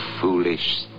foolish